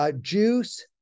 juice